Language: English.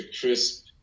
crisp